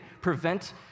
prevent